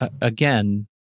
again